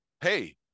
hey